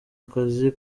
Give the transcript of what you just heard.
akazi